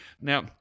Now